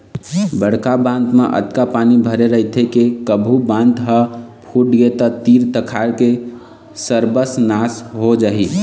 बड़का बांध म अतका पानी भरे रहिथे के कभू बांध ह फूटगे त तीर तखार के सरबस नाश हो जाही